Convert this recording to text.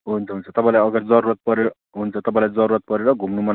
हुन्छ हुन्छ तपाईँलाई अगर जरुरत पर्यो हुन्छ तपाईँलाई जरुरत परेर घुम्नु मन